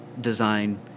design